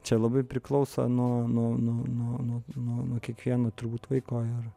čia labai priklauso nuo nuo nuo nuo nuo nuo nuo kiekvieno turbūt vaiko ir